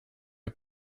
est